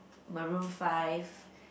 Maroon-Five